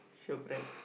shiok right